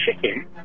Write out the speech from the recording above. chicken